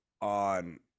on